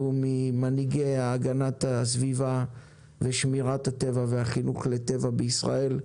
שהוא ממנהיגי הגנת הסביבה ושמירת הטבע והחינוך לטבע בישראל,